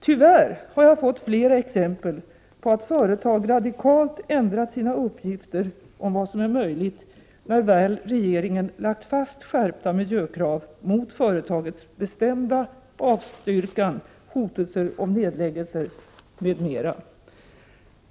Tyvärr har jag fått flera exempel på att företag radikalt ändrat sina uppgifter om vad som är möjligt när väl regeringen lagt fast skärpta miljökrav, mot företagets bestämda avstyrkan, hotelser om nedläggning etc.